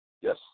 Yes